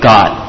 God